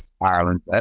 ireland